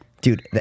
Dude